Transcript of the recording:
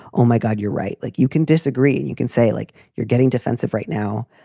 oh, my god, you're right. like you can disagree. and you can say like you're getting defensive right now.